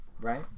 Right